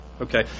Okay